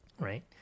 right